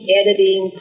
editing